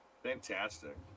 Fantastic